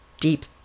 deep